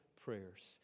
prayers